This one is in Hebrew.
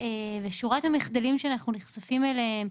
ושורת המחדלים שאנחנו נחשפים אליהם,